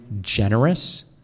generous